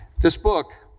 this book,